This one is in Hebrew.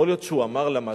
יכול להיות שהוא אמר לה משהו,